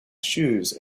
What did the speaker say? shoes